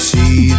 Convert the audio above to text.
See